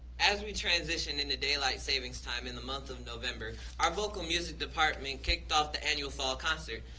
as we transition into daylight savings time in the month of november, our vocal music department kicked off the annual fall concert.